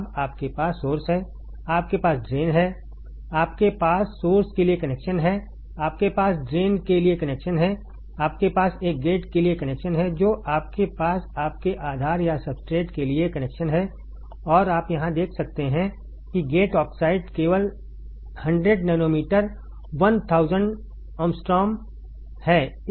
अब आपके पास सोर्स है आपके पास ड्रेन है आपके पास सोर्स के लिए कनेक्शन है आपके पास ड्रेन के लिए कनेक्शन है आपके पास एक गेट के लिए कनेक्शन है जो आपके पास आपके आधार या सब्सट्रेट के लिए कनेक्शन है और आप यहां देख सकते हैं कि गेट ऑक्साइड केवल 100 नैनोमीटर 1000 एंग्स्ट्रॉम है